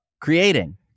creating